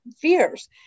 fears